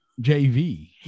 JV